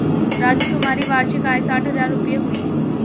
राजू तुम्हारी वार्षिक आय साठ हज़ार रूपय हुई